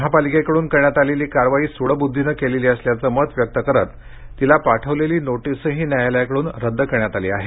महापालिकेकडून करण्यात आलेली कारवाई सूडबुद्धीनं केलेली असल्याचं मत व्यक्त करत तिला पाठवलेली नोटीसही न्यायालयाकडून रद्द करण्यात आली आहे